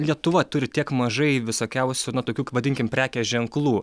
lietuva turi tiek mažai visokiausių na tokių vadinkim prekės ženklų